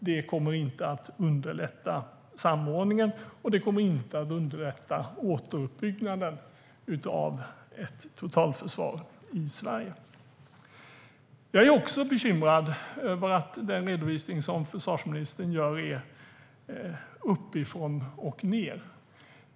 Det kommer inte att underlätta samordningen, och det kommer inte att underlätta återuppbyggnaden av ett totalförsvar i Sverige. Jag är också bekymrad över att den redovisning som försvarsministern gör är uppifrån och ned.